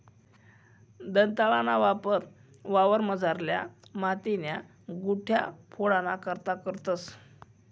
दंताळाना वापर वावरमझारल्या मातीन्या गुठया फोडाना करता करतंस